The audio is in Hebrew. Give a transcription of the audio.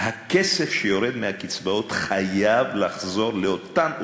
הכסף שיורד מהקצבאות חייב לחזור לאותן אוכלוסיות,